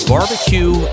Barbecue